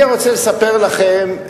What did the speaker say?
אני רוצה לספר לכם,